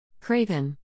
Craven